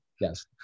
Yes